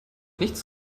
nichts